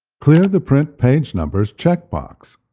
clear the print page numbers check box.